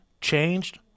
changed